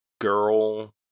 girl